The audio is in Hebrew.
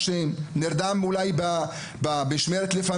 האחריות היא גם של מי שאולי נרדם במשמרת לפעמים,